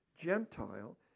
Gentile